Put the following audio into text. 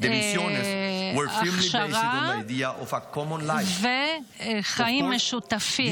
הכשרה וחיים משותפים.